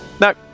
No